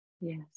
Yes